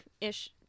ish